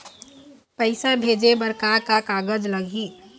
पैसा भेजे बर का का कागज लगही?